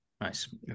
Nice